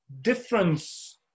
difference